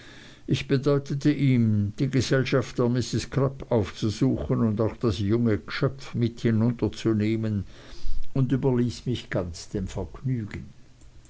ich bedeutete ihm die gesellschaft der mrs crupp aufzusuchen und auch das junge gschöpf mit hinunterzunehmen und überließ mich ganz dem vergnügen